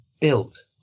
built